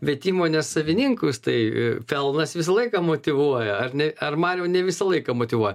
bet įmonės savininkus tai pelnas visą laiką motyvuoja ar ne ar mariau ne visą laiką motyvuoja